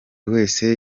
wese